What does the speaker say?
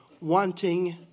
wanting